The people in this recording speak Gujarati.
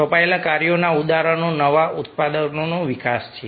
સોંપાયેલ કાર્યોના ઉદાહરણો નવા ઉત્પાદનોનો વિકાસ છે